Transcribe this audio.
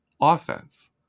offense